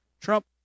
Trump